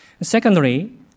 Secondly